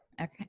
Okay